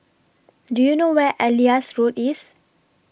Do YOU know Where Elias Road IS